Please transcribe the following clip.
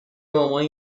mamãe